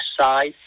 side